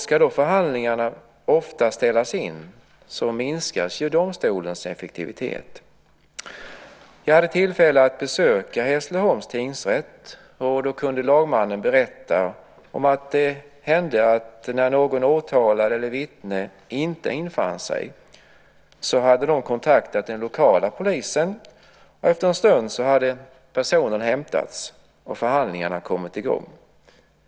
Ska då förhandlingarna ofta ställas in minskas ju domstolens effektivitet. Jag hade tillfälle att besöka Hässleholms tingsrätt, och då kunde lagmannen berätta att det hände att när någon åtalad eller något vittne inte infann sig så hade man kontaktat den lokala polisen, och efter en stund hade personen hämtats och förhandlingarna kommit i gång.